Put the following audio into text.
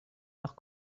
nach